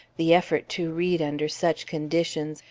the effort to read under such conditions,